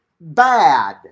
bad